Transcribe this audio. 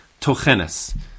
tochenes